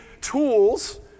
tools